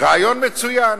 ריאיון מצוין.